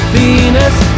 Venus